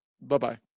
Bye-bye